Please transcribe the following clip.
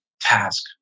task